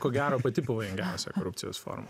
ko gero pati pavojingiausia korupcijos forma